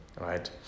right